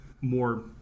more